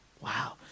Wow